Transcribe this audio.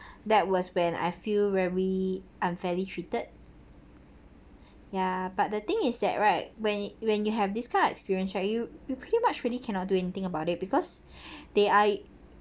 that was when I feel very unfairly treated ya but the thing is that right when you when you have this kind of experience right you you pretty much really cannot do anything about it because they I